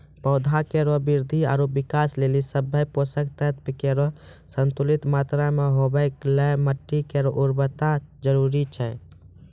पौधा केरो वृद्धि आरु विकास लेलि सभ्भे पोसक तत्व केरो संतुलित मात्रा म होवय ल माटी केरो उर्वरता जरूरी छै